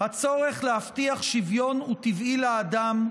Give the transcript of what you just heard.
"הצורך להבטיח שוויון הוא טבעי לאדם.